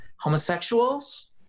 homosexuals